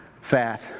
fat